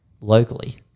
locally